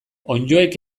onddoek